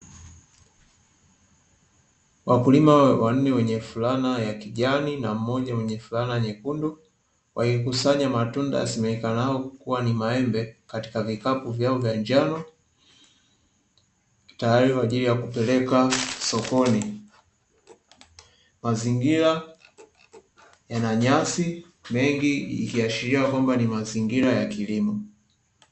Wakulima wanne wenye fulana ya kijani na mmoja wenye fulana nyekundu, wakikusanya matunda yasemekanayo kuwa na maembe katika vikabu vyake vya njano, tayari kwa ajili ya kupelekwa sokoni. Mazingira yana nyasi mengi ikiashiria kwamba ni mazingira ya kilimo.